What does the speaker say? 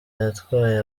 yatwaye